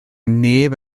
neb